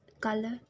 color